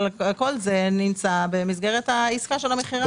אבל כל זה נמצא במסגרת העסקה של המכירה.